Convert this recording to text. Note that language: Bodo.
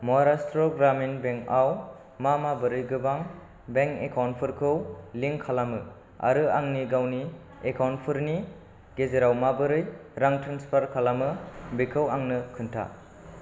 महाराष्ट्र ग्रामिन बेंकआव मा माबोरै गोबां बेंक एकाउन्टफोरखौ लिंक खालामो आरो आंनि गावनि एकाउन्टफोरनि गेजेराव माबोरै रां ट्रेन्सफार खालामो बेखौ आंनो खोन्था